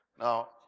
Now